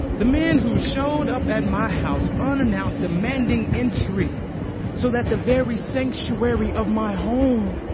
the men who showed up at my house, unannounced, demanding entry so that the very sanctuary of my home